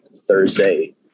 Thursday